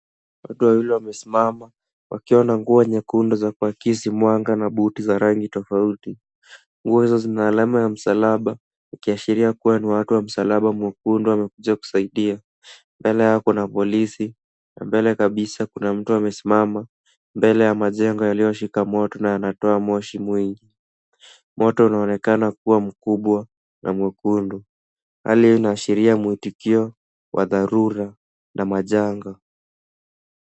Watu wawili wamesimama wakiona nguo nyekundu za kuakisi mwanga na buti za rangi tofauti. Nguo hizo zina alama ya msalaba ukiashiria kuwa ni watu wa msalaba mwekundu wamekuja kusaidia. Mbele yao kuna polisi na mbele kabisa kuna mtu amesimama, mbele ya majengo yaliyoshika moto na yanatoa moshi mwingi. Moto unaonekana kuwa mkubwa na mwekundu. Hali hiyo inaashiria mwitikio wa dharura na majanga.